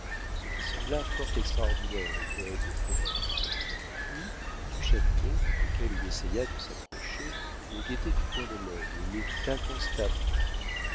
ce qui sembla fort extraordinaire au poète de province puis du châtelet auquel il essaya de s'accrocher le guettait du coin de l'œil et l'évita constamment